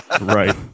Right